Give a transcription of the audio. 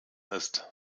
ist